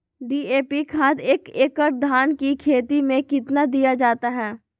DAP खाद एक एकड़ धान की खेती में कितना दीया जाता है?